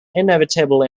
inevitable